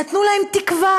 נתנו להם תקווה.